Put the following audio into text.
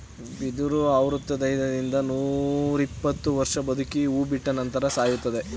ಬಿದಿರು ಅರವೃತೈದರಿಂದ ರಿಂದ ನೂರಿಪ್ಪತ್ತು ವರ್ಷ ಬದುಕಿ ಹೂ ಬಿಟ್ಟ ನಂತರ ಸಾಯುತ್ತದೆ